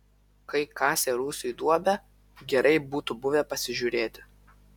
kai kasė rūsiui duobę gerai būtų buvę pasižiūrėti